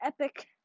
epic